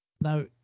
Now